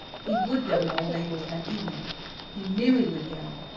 he would go to old abel's that evening he knew he would go.